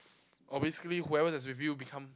oh basically whoever that's with you become